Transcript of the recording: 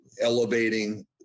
elevating